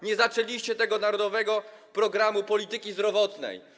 Nie wdrożyliście tego narodowego programu polityki zdrowotnej.